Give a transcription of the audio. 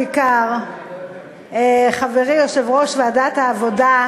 בעיקר חברי יושב-ראש ועדת העבודה,